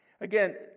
Again